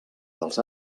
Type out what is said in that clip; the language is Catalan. dels